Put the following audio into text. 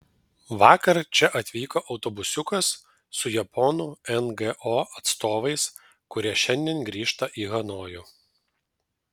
vakar čia atvyko autobusiukas su japonų ngo atstovais kurie šiandien grįžta į hanojų